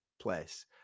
place